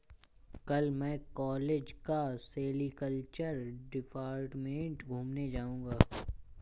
कल मैं कॉलेज का सेरीकल्चर डिपार्टमेंट घूमने जाऊंगा